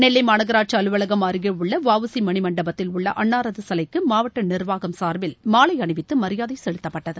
நெல்லை மாநகராட்சி அலுவலகம் அருகே உள்ள வஉசி மணிமண்டபத்தில் உள்ள அன்னாரது சிலைக்கு மாவட்ட நிர்வாகம் சார்பில் மாலை அணிவித்து மரியாதை செலுத்தப்பட்டது